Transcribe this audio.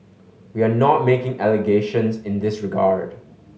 we are not making allegations in this regard